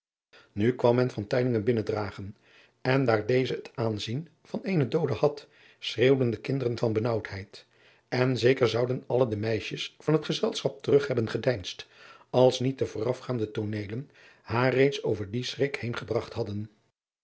u kwam men binnen dragen en daar deze het aanzien van eenen doode had schreeuwden de kinderen van benaauwdheid en zeker zouden alle de meisjes van het gezelschap terug hebben gedeinsd als niet de voorafgaande tooneelen haar reeds over dien schrik heen gebragt hadden